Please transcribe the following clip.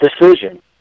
decision